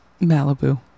Malibu